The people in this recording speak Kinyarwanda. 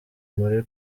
muli